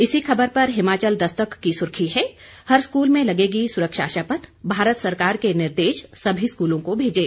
इसी खबर पर हिमाचल दस्तक की सुर्खी है हर स्कूल में लगेगी सुरक्षा शपथ भारत सरकार के निर्देश सभी स्कूलों को भेजे